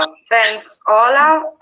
ah thanks, ola.